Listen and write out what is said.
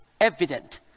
evident